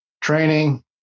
training